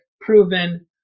proven